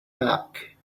back